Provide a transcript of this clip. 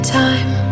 time